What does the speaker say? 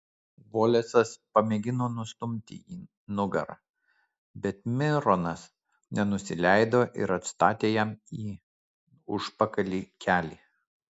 volesas pamėgino nustumti jį nugara bet mironas nenusileido ir atstatė jam į užpakalį kelį